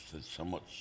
somewhat